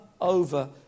over